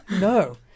No